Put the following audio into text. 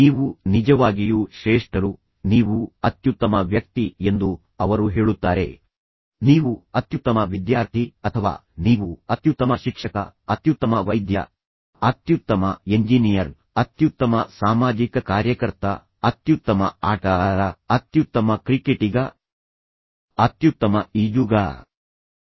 ನೀವು ನಿಜವಾಗಿಯೂ ಶ್ರೇಷ್ಠರು ನೀವು ಅತ್ಯುತ್ತಮ ವ್ಯಕ್ತಿ ಎಂದು ಅವರು ಹೇಳುತ್ತಾರೆ ನೀವು ಅತ್ಯುತ್ತಮ ವಿದ್ಯಾರ್ಥಿ ಅಥವಾ ನೀವು ಅತ್ಯುತ್ತಮ ಶಿಕ್ಷಕ ಅತ್ಯುತ್ತಮ ವೈದ್ಯ ಅತ್ಯುತ್ತಮ ಎಂಜಿನಿಯರ್ ಅತ್ಯುತ್ತಮ ಸಾಮಾಜಿಕ ಕಾರ್ಯಕರ್ತ ಅತ್ಯುತ್ತಮ ಆಟಗಾರ ಅತ್ಯುತ್ತಮ ಕ್ರಿಕೆಟಿಗ ಅತ್ಯುತ್ತಮ ಈಜುಗಾರ